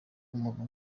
umuntu